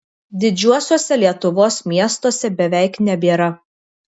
didžiuosiuose lietuvos miestuose beveik nebėra